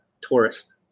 tourist